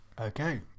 okay